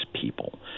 people